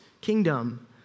kingdom